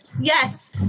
Yes